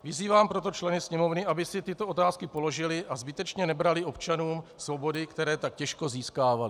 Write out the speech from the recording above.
Vyzývám proto členy Sněmovny, aby si tyto otázky položili a zbytečně nebrali občanům svobody, které tak těžko získávali.